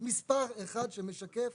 מספר אחד שמשקף